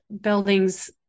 buildings